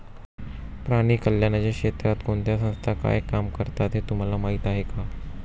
प्राणी कल्याणाच्या क्षेत्रात कोणत्या संस्था काय काम करतात हे तुम्हाला माहीत आहे का?